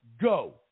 Go